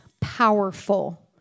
powerful